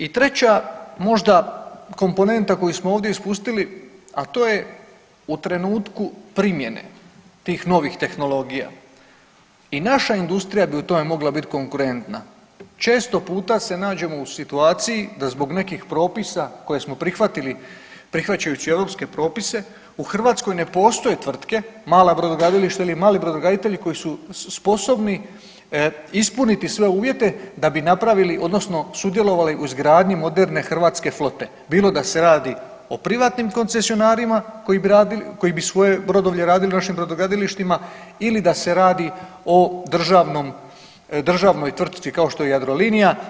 I treća možda komponenta koju smo ovdje ispustili, a to je u trenutku primjene tih novih tehnologija i naša industrija bi u tome mogla biti konkurentna, često puta se nađemo u situaciji da zbog nekih propisa koje smo prihvatili prihvaćajući europske propise u Hrvatskoj ne postoje tvrtke, mala brodogradilišta ili mali brodograditelji koji su sposobni ispuniti sve uvjete da bi napravili odnosno sudjelovali u izgradnji moderne hrvatske flote, bilo da se radi o privatnim koncesionarima koji bi svoje brodovlje radili u našim brodogradilištima ili da se radi o državnoj tvrtki kao što je Jadrolinija.